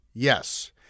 Yes